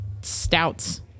stouts